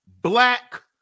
black